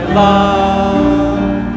love